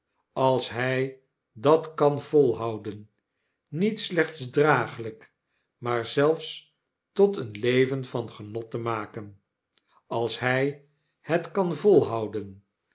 als hy dat kan volhouden niet slechts draaglijk maar zelfs tot een leven van genot te maken als hy net kan volhouden